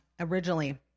originally